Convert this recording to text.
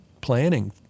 planning